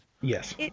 Yes